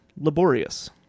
laborious